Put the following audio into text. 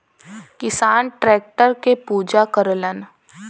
किसान टैक्टर के पूजा करलन